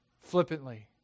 flippantly